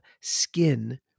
skin